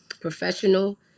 professional